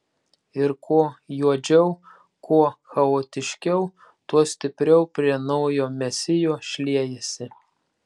ir kuo juodžiau kuo chaotiškiau tuo stipriau prie naujo mesijo šliejasi